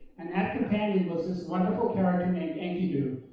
and that companion was this wonderful character named enkidu,